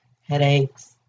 headaches